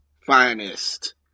Finest